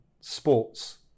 sports